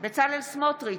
בצלאל סמוטריץ'